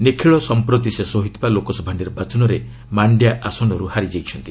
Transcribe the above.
ନିଖିଳ ସମ୍ପ୍ରତି ଶେଷ ହୋଇଥିବା ଲୋକସଭା ନିର୍ବାଚନରେ ମାଣ୍ଡିଆ ଆସନରୁ ହାରି ଯାଇଛନ୍ତି